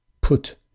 put